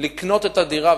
לקנות את הדירה,